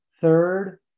Third